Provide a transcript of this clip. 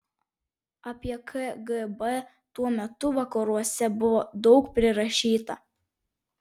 apie kgb tuo metu vakaruose buvo daug prirašyta